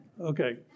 Okay